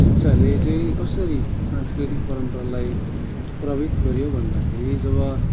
शिक्षाले चाहिँ कसरी सांस्कृतिक परम्परालाई प्रभावित गऱ्यो भन्दाखेरि जब